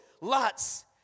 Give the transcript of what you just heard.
lots